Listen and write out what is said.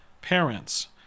parents